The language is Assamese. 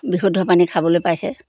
বিশুদ্ধ পানী খাবলৈ পাইছে